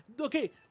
Okay